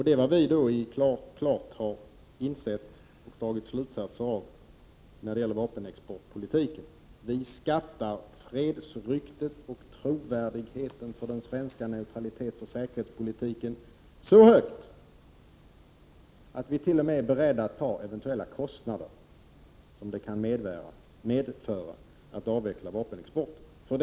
Det har vi insett och dragit slutsatser av i fråga om vapenexportpolitiken. Vi skattar fredsryktet och trovärdigheten för den svenska neutralitetsoch säkerhetspolitiken så högt att vi t.o.m. är beredda att betala de eventuella kostnader som det kan medföra att avveckla vapenexporten.